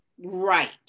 right